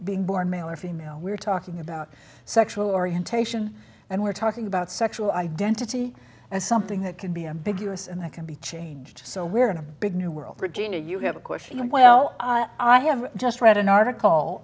being born male or female we're talking about sexual orientation and we're talking about sexual identity and something that can be ambiguous and i can be changed so we're in a big new world virginia you have a question well i have just read an article